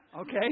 okay